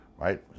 right